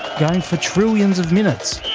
going for trillions of minutes,